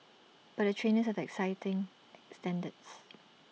but the trainers have exacting standards